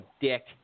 dick